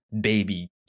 baby